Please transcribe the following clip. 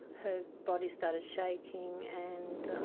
her body started shaking and.